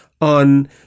on